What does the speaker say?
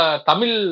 Tamil